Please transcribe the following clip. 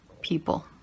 people